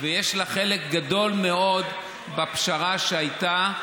ויש לה חלק גדול מאוד בפשרה שהייתה,